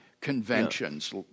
conventions